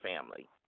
family